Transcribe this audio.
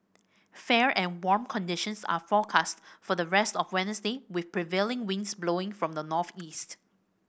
fair and warm conditions are forecast for the rest of Wednesday with prevailing winds blowing from the northeast